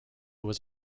was